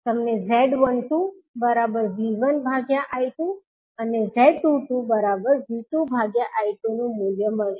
તમને Z12V1I2 અને Z22V2I2નુ મૂલ્ય મળશે